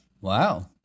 Wow